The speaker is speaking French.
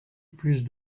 plus